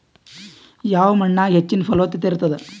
ಯಾವ ಮಣ್ಣಾಗ ಹೆಚ್ಚಿನ ಫಲವತ್ತತ ಇರತ್ತಾದ?